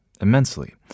immensely